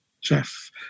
Jeff